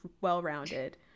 well-rounded